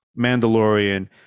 Mandalorian